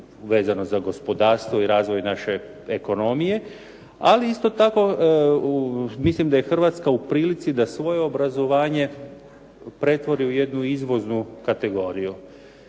vezano za gospodarstvo i razvoj naše ekonomije, ali isto tako mislim da je Hrvatska u prilici da svoje obrazovanje pretvori u jednu izvoznu kategoriju.